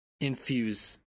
infuse